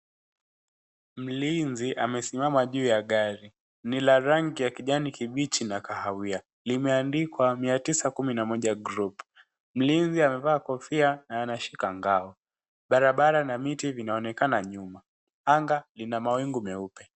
Mlinzi amesimama juu ya gari. Ni la rangi ya kijani kibichi na kahawia. Limeandikwa mia tisa kumi na moja group . Mlinzi amevaa kofia pia na anashika ngao. Barabara na miti vinaonekana nyuma. Anga lina mawingu meupe.